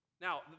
Now